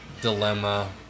dilemma